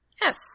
Yes